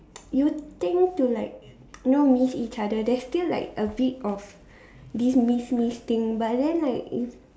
you tend to like you know miss each other there's still like a bit of this miss miss thing but then like if